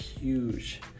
huge